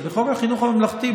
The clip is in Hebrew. אז בחוק החינוך הממלכתי,